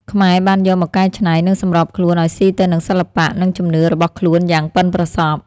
ខ្មែរបានយកមកកែច្នៃ និងសម្របខ្លួនឱ្យស៊ីទៅនឹងសិល្បៈ និងជំនឿរបស់ខ្លួនយ៉ាងប៉ិនប្រសប់។